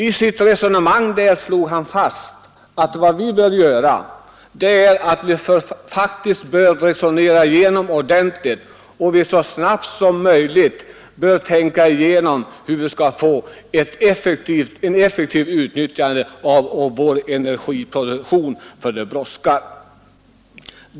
I sitt resonemang slog han fast att vad vi bör göra är att så snabbt som möjligt tänka igenom hur vi skall få ett effektivt utnyttjande av vår energiproduktion, för det brådskar.